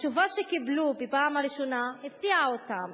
התשובה שקיבלו בפעם הראשונה הפתיעה אותם,